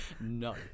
no